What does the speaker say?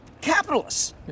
capitalists